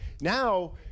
Now